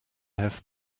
have